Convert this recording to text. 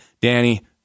Danny